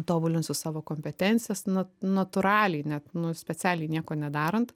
tobulinsiu savo kompetencijas na natūraliai net nu specialiai nieko nedarant